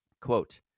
Quote